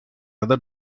other